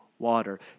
Water